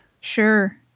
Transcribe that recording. Sure